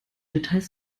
details